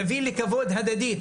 תביא לכבוד הדדי,